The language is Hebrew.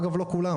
אגב לא כולם,